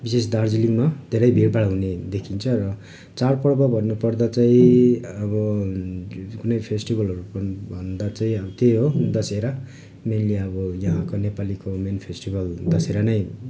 विशेष दार्जिलिङमा धेरै भिडभाड हुने देखिन्छ र चाडपर्व भन्नु पर्दा चाहिँ अब कुनै फेस्टिभलहरू भन्दा चाहिँ त्यही हो दसेरा मेन्ली अब यहाँको नेपालीको मेन फेस्टिभल दसेरा नै